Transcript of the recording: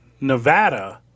Nevada